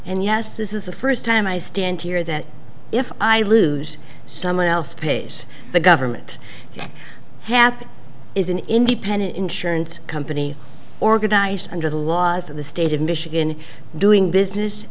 and yes this is the first time i stand here that if i lose someone else pays the government to happen is an independent insurance company organized under the laws of the state of michigan doing business